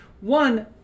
One